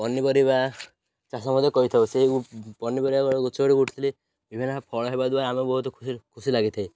ପନିପରିବା ଚାଷ ମଧ୍ୟ କରିଥାଉ ସେଇ ପନିପରିବା ଗଛ ଗୁଡ଼ିକ ଉଠୁଥିଲେ ବିଭିନ୍ନ ଫଳ ହେବା ଦ୍ୱାରା ଆମେ ବହୁତ ଖୁସି ଲାଗିଥାଏ